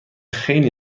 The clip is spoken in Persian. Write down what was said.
خیلی